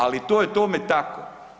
Ali to je tome tako.